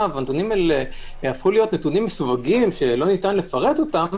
הנתונים האלה הפכו מסווגים שלא ניתן לפרט אותם